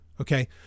Okay